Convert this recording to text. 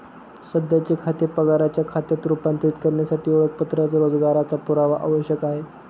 सध्याचे खाते पगाराच्या खात्यात रूपांतरित करण्यासाठी ओळखपत्र रोजगाराचा पुरावा आवश्यक आहे